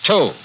Two